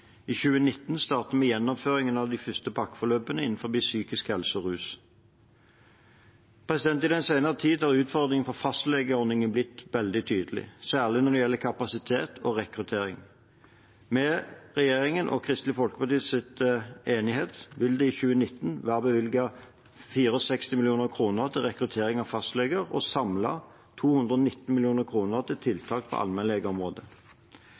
I 2019 starter vi gjennomføringen av de første pakkeforløpene for psykisk helse og rus. I den senere tid har utfordringene for fastlegeordningen blitt veldig tydelige, særlig når det gjelder kapasitet og rekruttering. Med enigheten mellom regjeringen og Kristelig Folkeparti vil det i 2019 være bevilget 64 mill. kr til rekruttering av fastleger og samlet 219 mill. kr til tiltak på allmennlegeområdet.